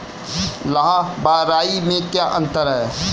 लाह व राई में क्या अंतर है?